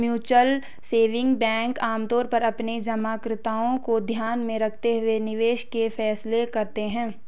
mutual saving bank आमतौर पर अपने जमाकर्ताओं को ध्यान में रखते हुए निवेश के फैसले करते हैं